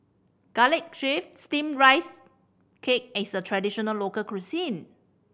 Garlic Chives Steamed Rice Cake is a traditional local cuisine